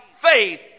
faith